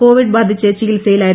Covid ബാധിച്ച് ചികിത്സയിലായിരുന്നു